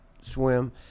swim